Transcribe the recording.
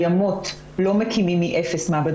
מכיוון שהמסגרת של החוק מגבילה למעשה את